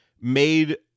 made